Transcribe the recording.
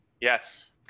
Yes